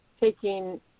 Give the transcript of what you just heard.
taking –